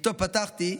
שאיתו פתחתי,